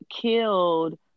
killed